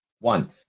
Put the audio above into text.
One